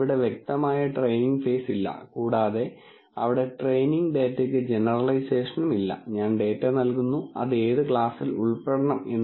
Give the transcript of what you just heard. അതിനാൽ ഉദാഹരണത്തിന് ഫ്രോഡ് ഡിറ്റക്ഷൻന്റെ ഒരു പ്രത്യേക കേസ് എടുക്കാം നമ്മൾ പോയി ക്രെഡിറ്റ് കാർഡ് ഉപയോഗിക്കുമ്പോഴെല്ലാം നമ്മൾ എന്തെങ്കിലും വാങ്ങുകയും ക്രെഡിറ്റ് കാർഡിൽ നിന്ന് പണം ഈടാക്കുകയും ചെയ്യും